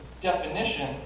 definition